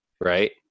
right